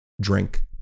drink